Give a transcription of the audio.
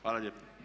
Hvala lijepa.